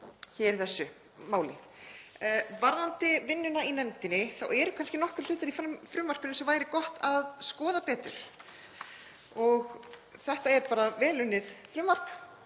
í þessu. Varðandi vinnuna í nefndinni þá eru kannski nokkrir hlutir í frumvarpinu sem væri gott að skoða betur. Þetta er vel unnið frumvarp